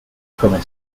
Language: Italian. come